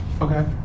Okay